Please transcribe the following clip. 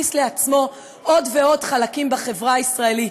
והכניס לעצמו עוד ועוד חלקים בחברה הישראלית.